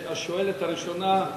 השואלת הראשונה,